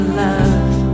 love